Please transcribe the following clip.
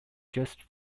just